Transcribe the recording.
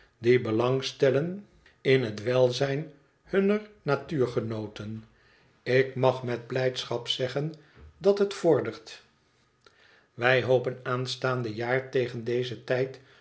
die belang stellen in het welzijn hunner natuurgenooten ik mag met blijdschap zeggen dat het vordert wij hopen aanstaande jaar tegen dezen tijd